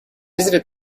visited